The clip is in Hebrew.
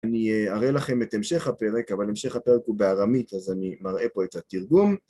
אני אראה לכם את המשך הפרק, אבל המשך הפרק הוא בארמית, אז אני מראה פה את התרגום.